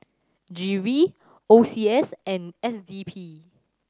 G V O C S and S D P